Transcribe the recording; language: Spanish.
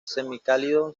semicálido